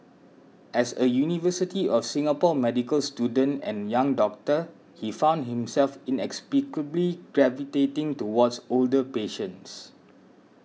as a University of Singapore medical student and young doctor he found himself gravitating towards older patients